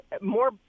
more